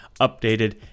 updated